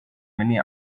many